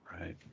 right